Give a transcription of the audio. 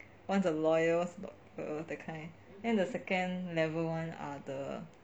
one's a lawyers one's a doctor that kind then the second level [one] are the